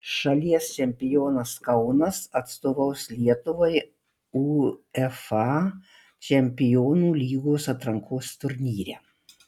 šalies čempionas kaunas atstovaus lietuvai uefa čempionų lygos atrankos turnyre